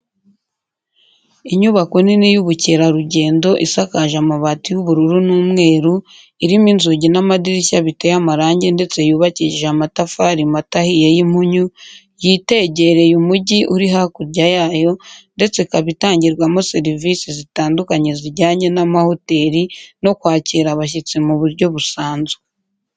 Inyubako nini y'ubukerarugendo, isakaje amabati y'ubururu n'umweru, irimo inzugi n'amadirishya biteye amarangi ndetse yubakishije amatafari mato ahiye y'impunyu, yitegereye umujyi uri hakurya yayo ndetse ikaba itangirwamo zerivisi zitandukanye zijyanye n'amahoteri no kwakira abashyitsi mu buryo busanzwe.